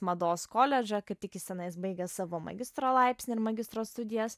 mados koledžą kaip tik jis tenais baigia savo magistro laipsnį ir magistro studijas